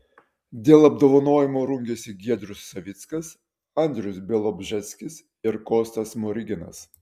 dėl apdovanojimo rungėsi giedrius savickas andrius bialobžeskis ir kostas smoriginas